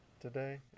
today